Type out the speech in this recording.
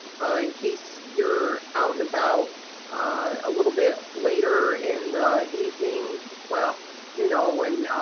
case you're out and about a little bit later in the evening. well, you know when